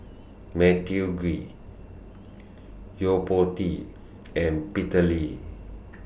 Matthew Ngui Yo Po Tee and Peter Lee